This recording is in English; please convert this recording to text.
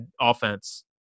offense